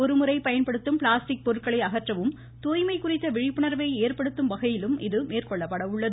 ஒருமுறை பயன்படுத்தும் பிளாஸ்டிக் பொருட்களை அகற்றவும் தூய்மை குறித்த விழிப்புணர்வை ஏற்படுத்தும் வகையிலும் இது மேற்கொள்ளப்பட உள்ளது